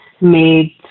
made